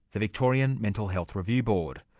the victorian mental health review board,